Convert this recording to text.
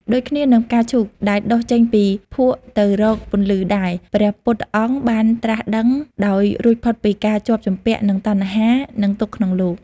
ដូចគ្នានឹងផ្កាឈូកដែលដុះចេញពីភក់ទៅរកពន្លឺដែរ ព្រះពុទ្ធអង្គបានត្រាស់ដឹងដោយរួចផុតពីការជាប់ជំពាក់នឹងតណ្ហា និងទុក្ខក្នុងលោក។